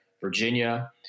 Virginia